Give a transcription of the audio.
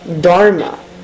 dharma